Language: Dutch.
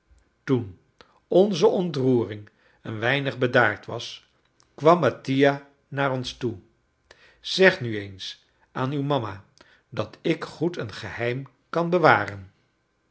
toen onze ontroering een weinig bedaard was kwam mattia naar ons toe zeg nu eens aan uw mama dat ik goed een geheim kan bewaren